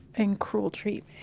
and cruel treatment?